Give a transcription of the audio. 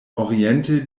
oriente